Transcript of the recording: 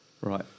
Right